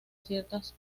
ciertas